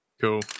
Cool